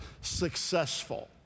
successful